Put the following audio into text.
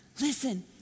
Listen